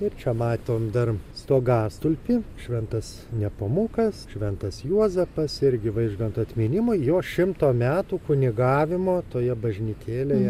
ir čia matom dar stogastulpį šventas nepomukas šventas juozapas irgi vaižganto atminimui jo šimto metų kunigavimo toje bažnytėlėje